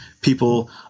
people